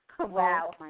Wow